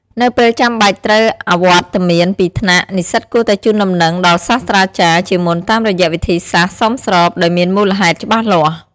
នៅពេលចាំបាច់ត្រូវអវត្តមានពីថ្នាក់ និស្សិតគួរតែជូនដំណឹងដល់សាស្រ្តាចារ្យជាមុនតាមរយៈវិធីសាស្រ្តសមស្របដោយមានមូលហេតុច្បាស់លាស់។